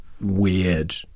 weird